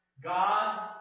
God